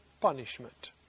punishment